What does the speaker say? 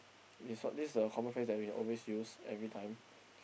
this is what this is a common phrase that we always use every time